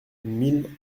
mille